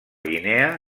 guinea